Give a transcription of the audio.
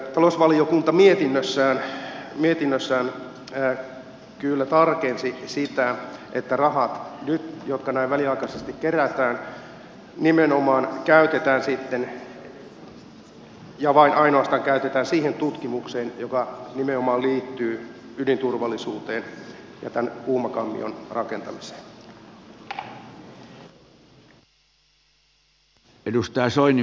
talousvaliokunta mietinnössään kyllä tarkensi sitä että rahat jotka näin väliaikaisesti kerätään nimenomaan käytetään sitten vain ja ainoastaan siihen tutkimukseen joka nimenomaan liittyy ydinturvallisuuteen ja tämän kuumakammion rakentamiseen